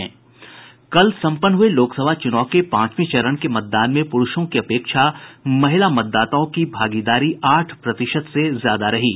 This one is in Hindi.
कल संपन्न हुए लोकसभा चुनाव के पांचवें चरण के मतदान में पुरूषों की अपेक्षा महिला मतदाताओं की भागीदारी आठ प्रतिशत से ज्यादा रही है